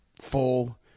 full